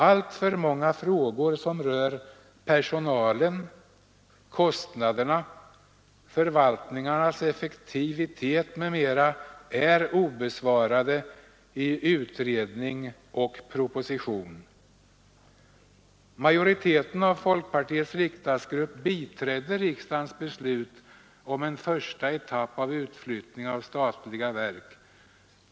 Alltför många frågor som rör personalen, kostnaderna, förvaltningarnas effektivitet m.m. är obesvarade i utredning och proposition. Majoriteten av folkpartiets riksdagsgrupp biträdde riksdagens beslut om en första etapp av utflyttning av statliga verk.